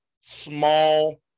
small